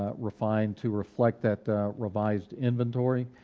ah refined to reflect that revised inventory,